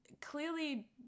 clearly